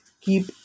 keep